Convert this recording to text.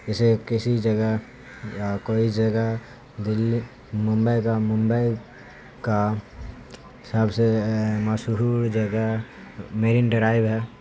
اسے کسی جگہ یا کوئی جگہ دلی ممبئی کا ممبئی کا سب سے مشہور جگہ مرین ڈرائیو ہے